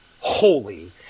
holy